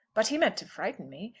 but he meant to frighten me.